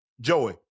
Joey